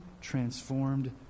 transformed